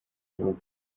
bihugu